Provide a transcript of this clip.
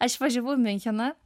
aš važiavau į miuncheną